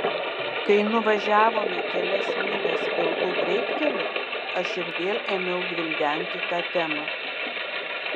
kai nuvažiavome kelias mylias pilku greitkeliu aš ir vėl ėmiau gvildenti tą temą